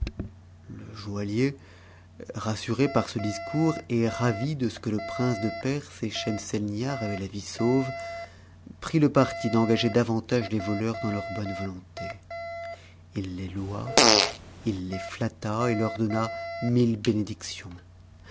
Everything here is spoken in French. le joaillier rassuré par ce discours et ravi de ce que le prince de perse et schemselnihar avaient ta vie sauve prit le parti d'engager davantage les voleurs dans leur bonne volonté i les loua il les natta et leur donna mille bénédictions